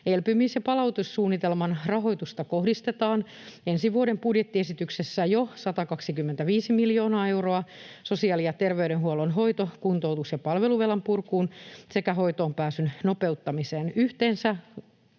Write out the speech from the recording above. elpymis- ja palautussuunnitelman rahoitusta kohdistetaan ensi vuoden budjettiesityksessä jo 125 miljoonaa euroa sosiaali- ja terveydenhuollon hoito-, kuntoutus- ja palveluvelan purkuun sekä hoitoonpääsyn nopeuttamiseen. Yhteensä